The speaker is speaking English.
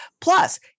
Plus